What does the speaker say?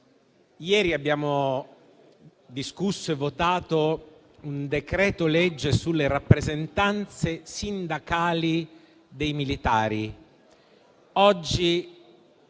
Ieri abbiamo discusso e votato un decreto-legge sulle rappresentanze sindacali dei militari;